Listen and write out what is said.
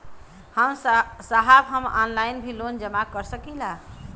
साहब हम ऑनलाइन भी लोन जमा कर सकीला?